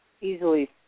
easily